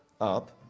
up